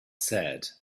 said